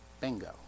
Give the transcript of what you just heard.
Bingo